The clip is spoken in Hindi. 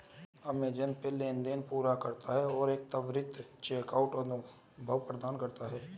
अमेज़ॅन पे लेनदेन पूरा करता है और एक त्वरित चेकआउट अनुभव प्रदान करता है